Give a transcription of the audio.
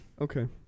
Okay